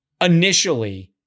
initially